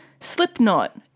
Slipknot